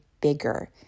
bigger